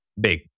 big